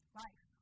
life